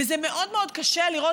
ומאוד מאוד קשה לראות,